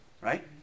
Right